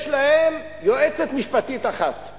יש להם יועצת משפטית אחת.